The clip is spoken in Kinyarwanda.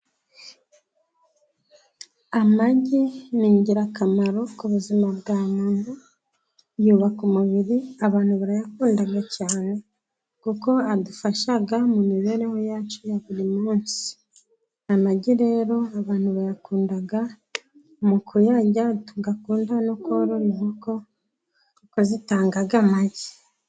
Amagi ni ingirakamaro ku buzima bwa muntu, yubaka umubiri, abantu barayakunda cyane kuko adufasha mu mibereho yacu ya buri munsi. Amagi rero abantu bayakunda mu kuyarya, tugakunda no korora inkoko, kuko zitanga amagi.